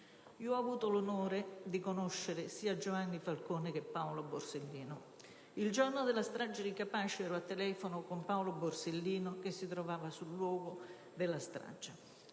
Ho avuto l'onore di conoscere sia Giovanni Falcone che Paolo Borsellino. Il giorno della strage di Capaci ero al telefono con Paolo Borsellino, che si trovava sul luogo della strage.